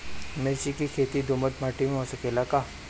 मिर्चा के खेती दोमट माटी में हो सकेला का?